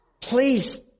please